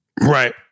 Right